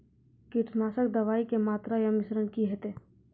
कीटनासक दवाई के मात्रा या मिश्रण की हेते?